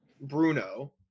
Bruno